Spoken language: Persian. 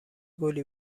گلی